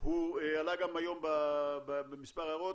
עלה גם היום במספר הערות,